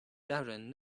darren